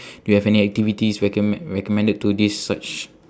do you have any activities recom~ recommended to this such